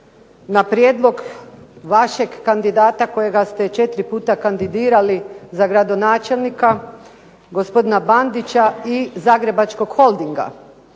na prijedlog vašeg kandidata kojega ste četiri puta kandidirali za gradonačelnika gospodina Bandića i Zagrebačkog holdinga.